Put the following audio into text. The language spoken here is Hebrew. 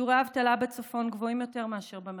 שיעורי האבטלה בצפון גבוהים יותר מאשר במרכז,